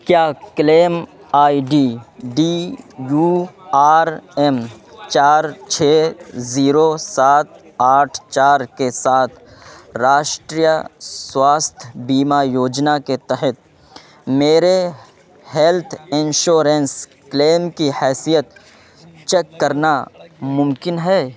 کیا claim I D D U R M چار چھ زیرو سات آٹھ چار کے ساتھ راشٹریہ سواستھ بیمہ یوجنا کے تحت میرے ہیلتھ انشورینس کلیم کی حیثیت چیک کرنا ممکن ہے